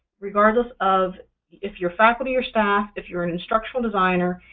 regardless of if you're faculty or staff, if you're an instructional designer,